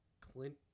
Clint –